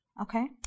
Okay